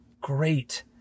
Great